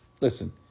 listen